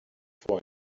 for